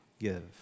give